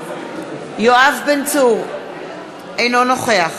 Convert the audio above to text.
אינו נוכח